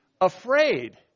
afraid